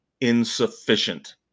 insufficient